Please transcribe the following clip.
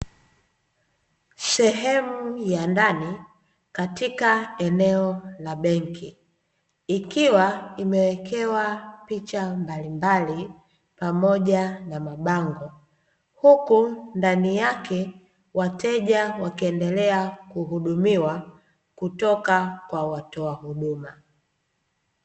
Sehemu ya ndani katika eneo la benki, ikiwa imewekewa picha mbalimbali pamoja na mabango, huku ndani yake wateja wakiendelea kuhudumiwa kutoka kwa watoa huduma.